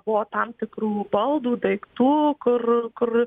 buvo tam tikrų baldų daiktų kur kur